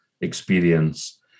experience